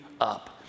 up